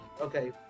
okay